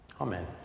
Amen